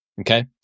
Okay